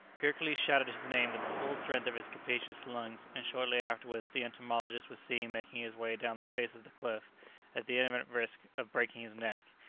hercules shouted his name with the full strength of his capacious lungs, and shortly afterwards the entomologist was seen making his way down the face of the cliff at the imminent risk of breaking his neck.